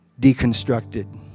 deconstructed